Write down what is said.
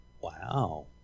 Wow